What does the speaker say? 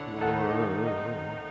world